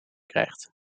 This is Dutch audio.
krijgt